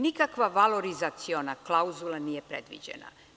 Nikakva valorizaciona klauzula nije predviđena.